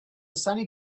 sunny